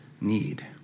need